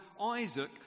Isaac